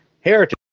heritage